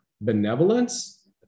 benevolence